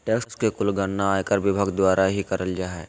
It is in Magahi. टैक्स के कुल गणना आयकर विभाग द्वारा ही करल जा हय